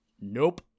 Nope